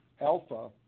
alpha